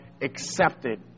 accepted